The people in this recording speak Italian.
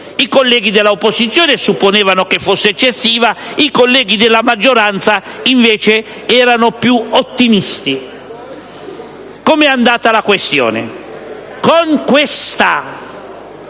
i colleghi della opposizione supponevano che fosse eccessiva, quelli della maggioranza invece erano più ottimisti. Come è andata la questione? Con questa